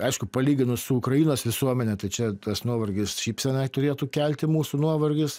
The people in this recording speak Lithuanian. aišku palyginus su ukrainos visuomene tai čia tas nuovargis šypseną turėtų kelti mūsų nuovargis